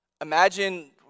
Imagine